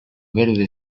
verde